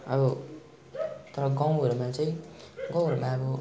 अब तर गाउँहरूमा चाहिँ अब गाउँहरूमा